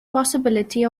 possibility